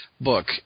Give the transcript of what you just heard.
book